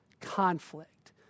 conflict